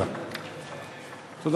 הצעת חוק זכויות הדייר בדיור הציבורי (תיקון מס' 5)